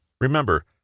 Remember